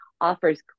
offers